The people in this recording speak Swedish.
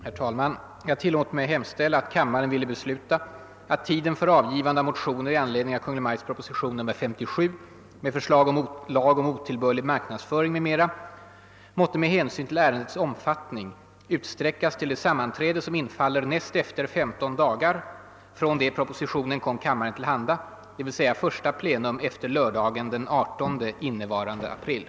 Herr talman! Jag tillåter mig hemställa, att kammaren ville besluta, att tiden för avgivande av motioner i anledning av Kungl. Maj:ts proposition nr 57 med förslag till lag om otillbörlig marknadsföring, m.m., måtte med hänsyn till ärendets omfattning utsträckas till det sammanträde som infaller näst efter 15 dagar från det propositionen kom kammaren till handa, d. v. s. första plenum efter lördagen den 18 innevarande april.